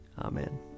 Amen